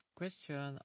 question